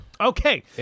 Okay